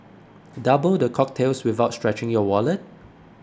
double the cocktails without stretching your wallet